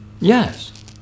Yes